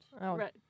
Right